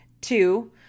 two